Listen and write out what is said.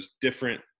different